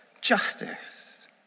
Justice